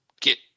get